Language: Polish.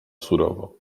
surowo